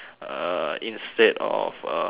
instead of um